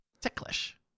ticklish